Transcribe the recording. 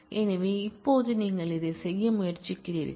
எனவே இப்போது நீங்கள் இதைச் செய்ய முயற்சிக்கிறீர்கள்